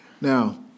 Now